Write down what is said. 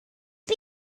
ben